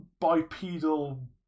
bipedal